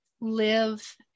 live